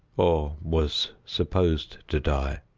or was supposed to die.